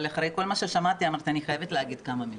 אבל אחרי כל מה ששמעתי אמרתי שאני חייבת להגיד כמה מילים.